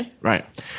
Right